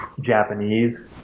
Japanese